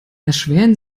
erschweren